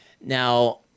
Now